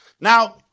Now